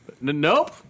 nope